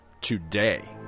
today